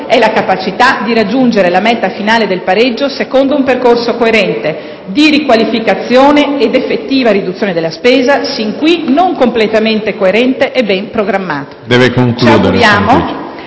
è la capacità di raggiungere la meta finale del pareggio, secondo un percorso coerente di riqualificazione e di effettiva riduzione della spesa sin qui non completamente coerente e ben programmato.